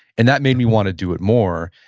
and that made me want to do it more.